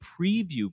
preview